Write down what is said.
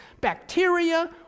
bacteria